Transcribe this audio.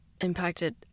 impacted